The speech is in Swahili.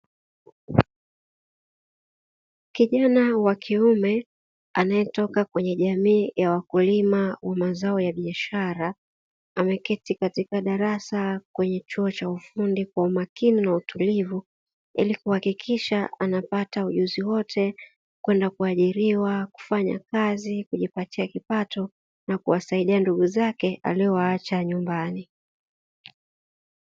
Kijana wa kiume anayetoka kwenye jamii ya wakulima wa mazao ya biashara, ameketi katika darasa kwenye chuo cha ufundi kwa umakini na utulivu ili kuhakikisha anapata ujuzi wote, kwenda kuajiriwa, kufanya kazi, kujipatia kipato, na kuwasaidia ndugu zake aliowaacha nyumbani.